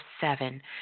seven